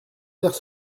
vers